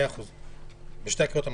מאה אחוז, בשתי הקריאות הנוספות.